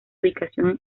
ubicación